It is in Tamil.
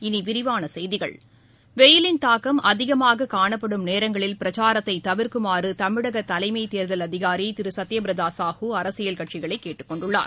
இனி விரிவான செய்திகள் வெயிலின் தாக்கம் அதிகமாக காணப்படும் நேரங்களில் பிரச்சாரத்தை தவிர்க்குமாறு தமிழக தலைமை தேர்தல் அதிகாரி திரு சுத்ய பிரதா சாஹூ அரசியல் கட்சிகளை கேட்டுக்கொண்டுள்ளார்